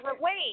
Wait